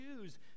choose